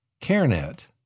CARENET